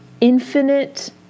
infinite